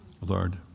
Lord